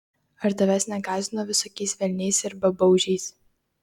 ar tavęs negąsdino visokiais velniais ir babaužiais